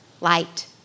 light